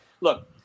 look